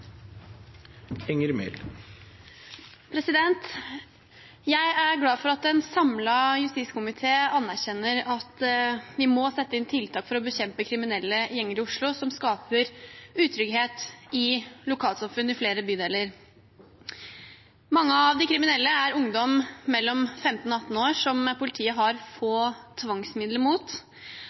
Enger Mehl har hatt ordet to ganger tidligere og får ordet til en kort merknad, begrenset til 1 minutt. Jeg er glad for at en samlet justiskomité anerkjenner at vi må sette inn tiltak for å bekjempe kriminelle gjenger i Oslo som skaper utrygghet i lokalsamfunn i flere bydeler. Mange av de kriminelle er ungdom mellom 15 og 18 år